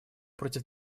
против